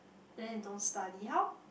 then they don't study how